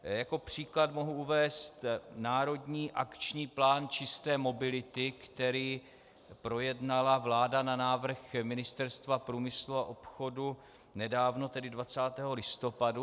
Jako příklad mohu uvést Národní akční plán čisté mobility, který projednala vláda na návrh Ministerstva průmyslu a obchodu nedávno, tedy 20. listopadu.